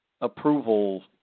approval